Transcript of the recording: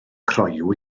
croyw